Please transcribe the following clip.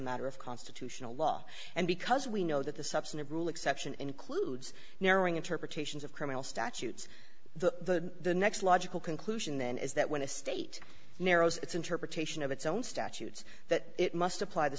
matter of constitutional law and because we know that the substantive rule exception includes narrowing interpretations of criminal statutes the next logical conclusion then is that when a state narrows its interpretation of its own statutes that it must apply t